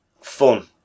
fun